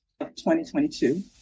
2022